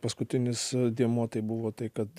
paskutinis dėmuo tai buvo tai kad